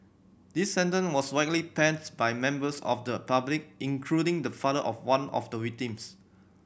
this sentence was widely pans by members of the public including the father of one of the victims